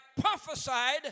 prophesied